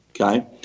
okay